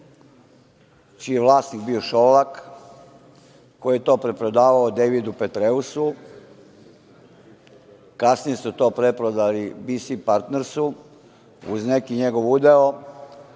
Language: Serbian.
čiji je vlasnik bio Šolak, koji je to preprodavao Dejvidu Petreusu, kasnije su to preprodali „BC Partners-u“ uz neki njegov udeo,